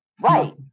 Right